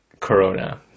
Corona